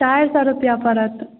चारि सए रुपआ पड़त